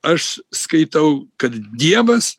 aš skaitau kad dievas